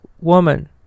woman